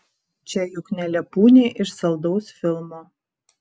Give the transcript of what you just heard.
čia juk ne lepūnė iš saldaus filmo